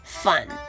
fun